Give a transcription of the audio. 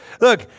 Look